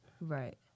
right